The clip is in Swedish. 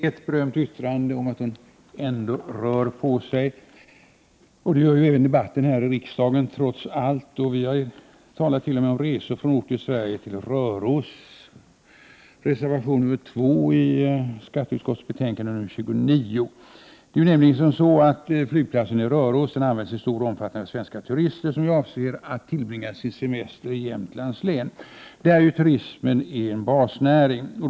Herr talman! Lars Bäckström citerade Galileis berömda yttrande: ”Och likväl rör hon sig.” Det gör trots allt även debatten här i riksdagen. I reservation 2 till skatteutskottets betänkande 29 talar vi t.o.m. om resor från ort i Sverige till Röros. Flygplatsen i Röros används i stor omfattning av svenska turister som avser att tillbringa sin semester i Jämtlands län, där turismen är en basnäring.